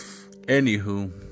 Anywho